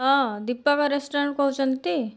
ହଁ ଦୀପକ ରେଷ୍ଟୋରାଣ୍ଟରୁ କହୁଛନ୍ତି ଟି